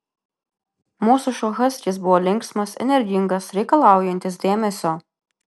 mūsų šuo haskis buvo linksmas energingas reikalaujantis dėmesio